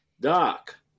Doc